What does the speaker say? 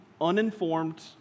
uninformed